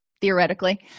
Theoretically